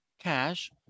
Cash